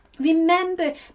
remember